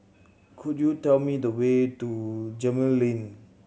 could you tell me the way to Gemmill Lane